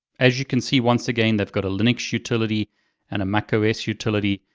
as you can see, once again, they've got a linux utility and a mac os utility.